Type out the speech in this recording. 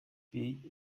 wie